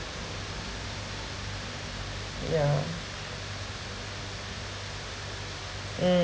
yeah mm